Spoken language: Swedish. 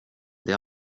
det